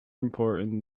important